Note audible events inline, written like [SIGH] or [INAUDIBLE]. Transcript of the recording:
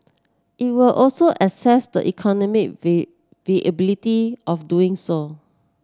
it will also assess the economic [UNINTELLIGIBLE] viability of doing so